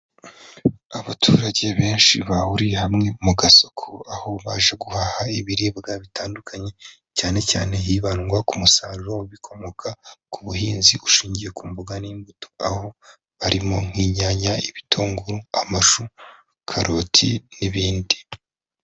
Abaturage benshi bahuriye hamwe mu gasoko, aho baje guhaha ibiribwa bitandukanye cyane cyane hibandwa ku musaruro w'ibikomoka ku buhinzi ushingiye ku mboga n'imbuto, aho harimo nk'inyanya, ibitunguru, amashu, karoti n'ibindi.